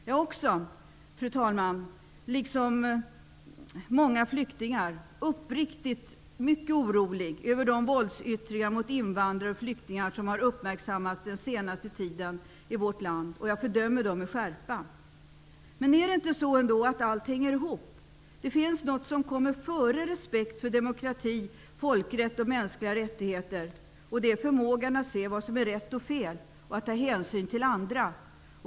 Jag är också, fru talman, liksom många flyktingar uppriktigt mycket orolig över de våldsyttringar mot invandrare och flyktingar som uppmärksammats den senaste tiden i vårt land, och jag fördömer dem med skärpa. Men är det inte så att allt hänger ihop? Det finns något som kommer före respekt före demokrati, folkrätt och mänskliga rättigheter. Det är förmågan att se vad som är rätt och fel och att ta hänsyn till andra.